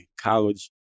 college